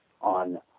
on